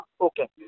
Okay